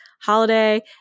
Holiday